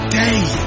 day